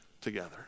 together